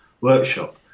workshop